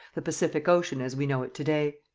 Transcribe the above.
the pacific ocean as we know it to-day.